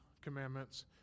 commandments